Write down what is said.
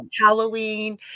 halloween